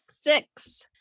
Six